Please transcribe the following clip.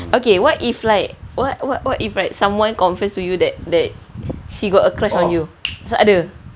okay what if like what what what if like someone confess to you that that she got a crush on you ada